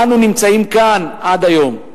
אנו נמצאים כאן עד היום.